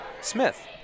Smith